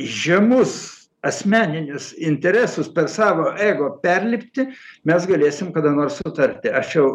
žemus asmeninius interesus per savo ego perlipti mes galėsim kada nors sutarti aš jau